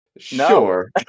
Sure